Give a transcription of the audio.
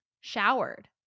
showered